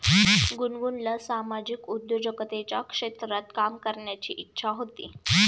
गुनगुनला सामाजिक उद्योजकतेच्या क्षेत्रात काम करण्याची इच्छा होती